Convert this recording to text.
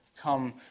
come